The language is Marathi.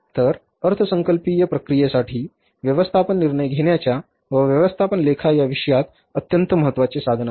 तर अर्थसंकल्पीय प्रक्रियेसाठी व्यवस्थापन निर्णय घेण्याच्या व व्यवस्थापन लेखा या विषयात अत्यंत महत्वाचे साधन आहे